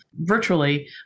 Virtually